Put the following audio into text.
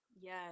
Yes